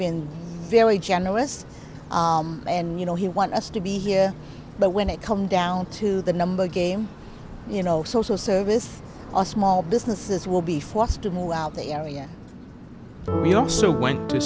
been very generous and you know he want us to be here but when it come down to the number game you know social services a small businesses will be forced to move out the area you also went to